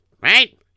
right